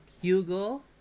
Hugo